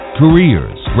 careers